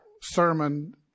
sermon